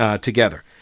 Together